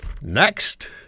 Next